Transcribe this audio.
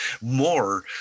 more